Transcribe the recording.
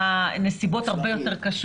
שאז התחילה הורדת הדיסריגרד --- מה זה מספר קטן?